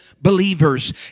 believers